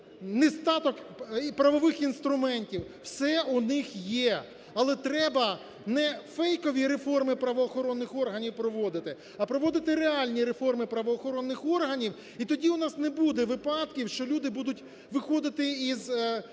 нестаток правових інструментів. Все у ниє є. Але треба не фейкові реформи правоохоронних органів проводити, а проводити реальні реформи правоохоронних органів і тоді у нас не буде випадків, що люди будуть виходити тюрми